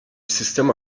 sistema